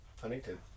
Huntington